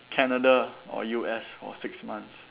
Canada or U_S for six months